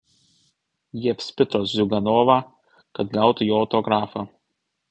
jie apspito ziuganovą kad gautų jo autografą